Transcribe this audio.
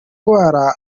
ndwara